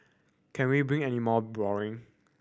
can we been any more boring